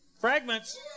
Fragments